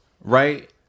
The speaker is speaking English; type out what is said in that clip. Right